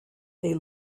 they